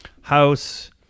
house